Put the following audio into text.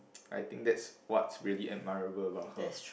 I think that's what really admirable about her